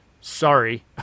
sorry